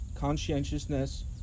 conscientiousness